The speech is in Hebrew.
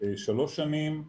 שלוש שנים,